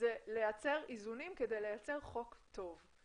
זה לייצר איזונים כדי לייצר חוק טוב.